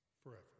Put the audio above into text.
forever